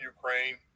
Ukraine